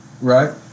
right